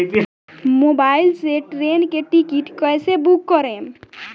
Mobile से train के ticket कैसे बूक करेम?